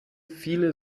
viele